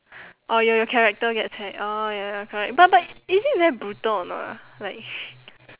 or your character gets hacked orh ya ya ya correct but but is it very brutal or not ah like